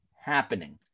happening